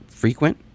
frequent